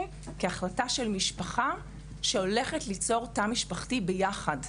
כהחלטה של משפחה שהולכת ליצור תא משפחתי ביחד.